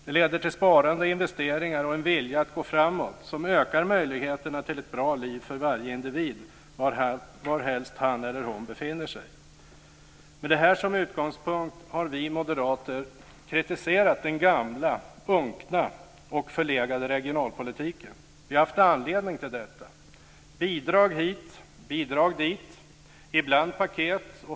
Det leder till sparande och investeringar och en vilja att gå framåt som ökar möjligheterna till ett bra liv för varje individ varhelst han eller hon befinner sig. Med det här som utgångspunkt har vi moderater kritiserat den gamla, unkna och förlegade regionalpolitiken. Vi har haft anledning till detta. Det är bidrag hit, bidrag dit och ibland paket.